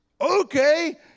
Okay